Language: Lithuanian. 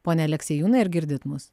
pone aleksiejūnai ar girdit mus